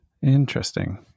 Interesting